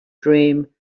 dream